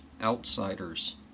outsiders